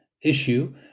issue